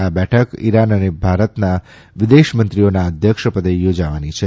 આ બેઠખ ઇરાન અને ભારતના વિદેશમંત્રીઓના અધ્યક્ષપદે યોજાવાની છે